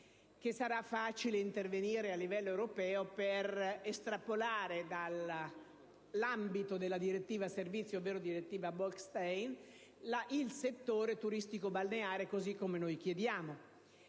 sarà facile intervenire a livello europeo per estrapolare dall'ambito della direttiva servizi (ovvero direttiva Bolkestein) il settore turistico-balneare, così come noi chiediamo.